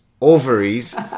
Ovaries